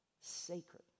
sacred